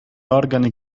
organi